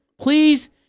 Please